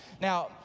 Now